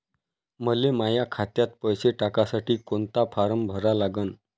मले माह्या खात्यात पैसे टाकासाठी कोंता फारम भरा लागन?